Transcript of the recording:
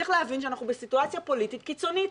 צריך להבין שאנחנו בסיטואציה פוליטית קיצונית.